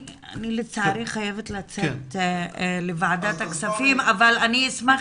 אני לצערי חייבת לצאת לוועדת הכספים אבל אני אשמח